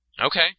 Okay